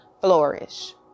flourish